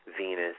Venus